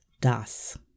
Das